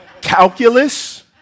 Calculus